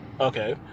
Okay